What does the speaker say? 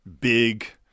big